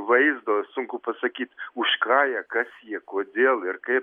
vaizdo sunku pasakyt už ką jie kas jie kodėl ir kaip